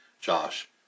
Josh